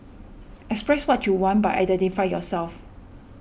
express what you want but identify yourself